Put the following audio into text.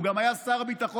הוא גם היה שר ביטחון,